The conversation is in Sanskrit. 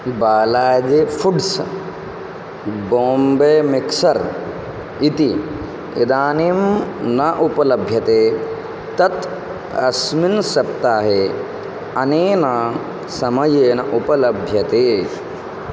बालाजि फ़ुड्स् बोम्बे मिक्सर् इति इदानीं न उपलभ्यते तत् अस्मिन् सप्ताहे अनेन समयेन उपलभ्यते